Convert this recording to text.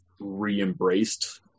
re-embraced